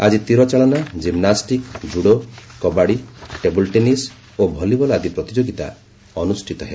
ଆଜି ତୀରଚାଳନା gymnastic judo kabaddi table tennis ଓ ଭଲିବଲ୍ ଆଦି ପ୍ରତିଯୋଗିତା ଅନୁଷ୍ଠିତ ହେବ